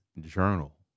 journal